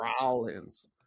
Rollins